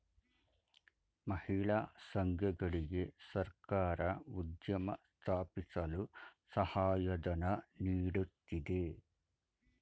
ಮಹಿಳಾ ಸಂಘಗಳಿಗೆ ಸರ್ಕಾರ ಉದ್ಯಮ ಸ್ಥಾಪಿಸಲು ಸಹಾಯಧನ ನೀಡುತ್ತಿದೆ